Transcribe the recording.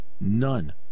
None